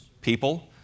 people